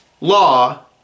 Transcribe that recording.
law